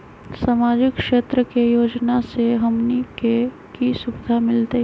सामाजिक क्षेत्र के योजना से हमनी के की सुविधा मिलतै?